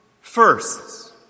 first